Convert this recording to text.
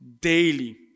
daily